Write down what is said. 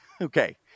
Okay